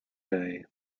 day